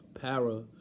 para